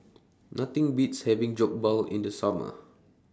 Nothing Beats having Jokbal in The Summer